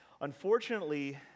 unfortunately